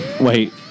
Wait